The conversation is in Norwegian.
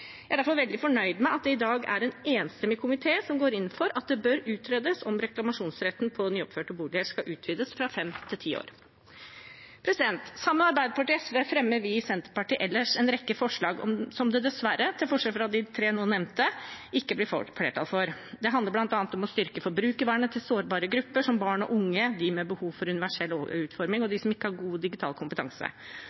Jeg er derfor veldig fornøyd med at det i dag er en enstemmig komité som går inn for at det bør utredes om reklamasjonsretten for nyoppførte boliger skal utvides fra fem til ti år. Sammen med Arbeiderpartiet og SV fremmer vi i Senterpartiet ellers en rekke forslag som det dessverre – til forskjell fra de tre nevnte forslagene – ikke blir flertall for. Det handler bl.a. om å styrke forbrukervernet til sårbare grupper, som barn og unge, de med behov for universell utforming og